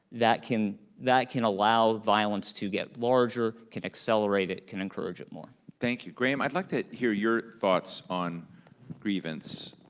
that can that can allow violence to get larger, can accelerate it, can encourage it more. thank you. graeme, i'd like to hear your thoughts on grievance,